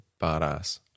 badass